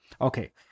Okay